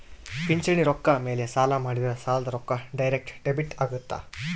ಪಿಂಚಣಿ ರೊಕ್ಕ ಮೇಲೆ ಸಾಲ ಮಾಡಿದ್ರಾ ಸಾಲದ ರೊಕ್ಕ ಡೈರೆಕ್ಟ್ ಡೆಬಿಟ್ ಅಗುತ್ತ